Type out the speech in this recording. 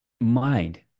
mind